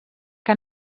que